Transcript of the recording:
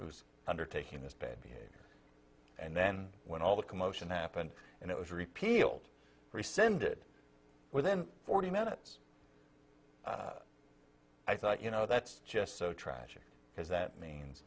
who's undertaking this bad behavior and then when all the commotion happened and it was repealed rescinded within forty minutes i thought you know that's just so tragic because